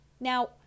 Now